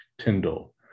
Tyndall